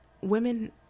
women